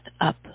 up